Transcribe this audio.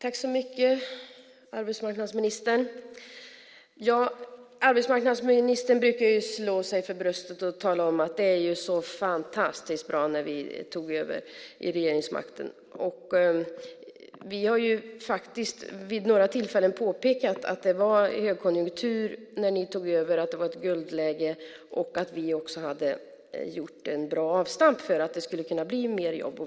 Herr talman! Arbetsmarknadsministern brukar slå sig för bröstet och tala om att det är så fantastiskt bra sedan man tog över regeringsmakten. Vi har vid några tillfällen påpekat att det var högkonjunktur när den borgerliga regeringen tog över, att det var ett guldläge och att vi hade gjort ett bra avstamp för att det skulle kunna bli fler jobb.